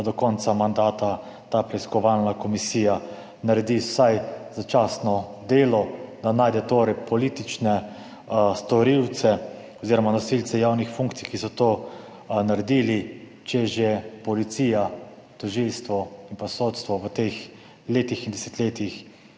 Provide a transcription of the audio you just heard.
da do konca mandata ta preiskovalna komisija naredi vsaj začasno delo, da najde torej politične storilce oziroma nosilce javnih funkcij, ki so to naredili, če že policija, tožilstvo in sodstvo v teh letih in desetletjih